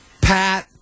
Pat